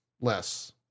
less